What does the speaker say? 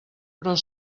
però